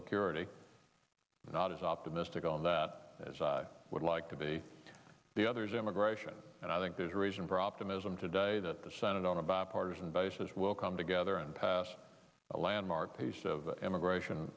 security not as optimistic on that as i would like to be the other's immigration and i think there's a reason for optimism today that the senate on a bipartisan basis will come together and pass a landmark piece of immigration